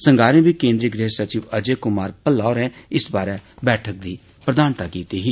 संगारे बी केन्द्री गृह सचिव अजय कुमार बल्ला होरे इस बारै बैठक दी प्रधानता कीती ही